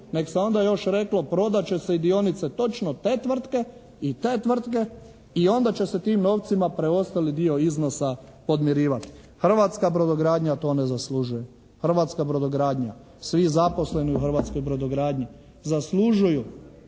nego se onda još reklo prodat će se dionice točno te tvrtke i te tvrtke i onda će se tim novcima preostali dio iznosa podmirivati. Hrvatska brodogradnja to ne zaslužuje. Hrvatska brodogradnja, svi zaposleni u hrvatskoj brodogradnji zaslužuju